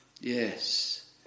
Yes